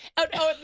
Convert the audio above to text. oh,